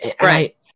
Right